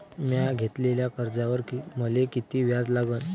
म्या घेतलेल्या कर्जावर मले किती व्याज लागन?